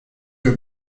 have